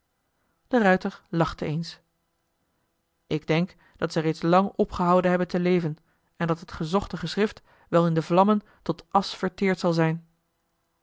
de ruijter lachte eens ik denk dat zij reeds lang opgehouden hebben te leven en dat het gezochte geschrift wel in de vlammen tot asch verteerd zal zijn